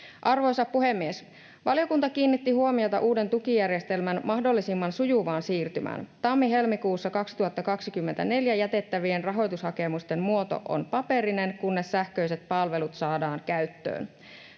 Arvoisa puhemies! Valiokunta kiinnitti huomiota uuden tukijärjestelmän mahdollisimman sujuvaan siirtymään. Tammi—helmikuussa 2024 jätettävien rahoitushakemusten muoto on paperinen, kunnes sähköiset palvelut saadaan käyttöön.